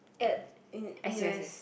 at N n_u_s